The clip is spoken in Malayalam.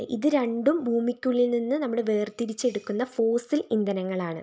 ഇത് രണ്ടും ഭൂമിക്കുള്ളിൽനിന്ന് നമ്മള് വേർതിരിച്ചെടുക്കുന്ന ഫോസ്സിൽ ഇന്ധനങ്ങളാണ്